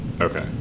Okay